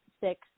six